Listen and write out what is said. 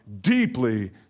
deeply